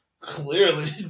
clearly